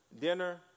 dinner